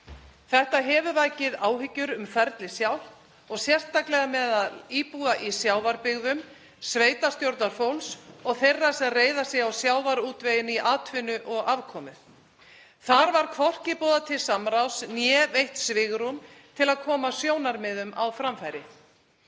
Þetta hefur vakið áhyggjur um ferlið sjálft og sérstaklega meðal íbúa í sjávarbyggðum, sveitarstjórnarfólks og þeirra sem reiða sig á sjávarútveginn í atvinnu og afkomu. Þar var hvorki boðað til samráðs né veitt svigrúm til að koma sjónarmiðum á framfæri.